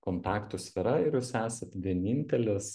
kontaktų sfera ir jūs esat vienintelis